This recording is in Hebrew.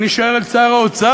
אני שואל את שר האוצר,